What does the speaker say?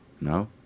No